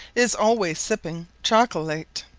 is alwayes sipping chocolate.